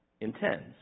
intends